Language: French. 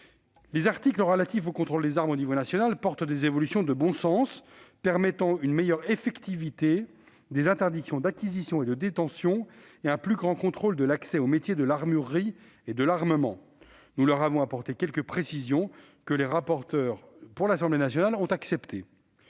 Les articles relatifs au contrôle des armes à l'échelon national contiennent des évolutions de bon sens, permettant une meilleure effectivité des interdictions d'acquisition et de détention et un plus grand contrôle de l'accès aux métiers de l'armurerie et de l'armement. Nous leur avons apporté quelques précisions, que les rapporteurs pour l'Assemblée nationale ont acceptées.